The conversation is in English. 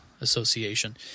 association